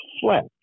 flat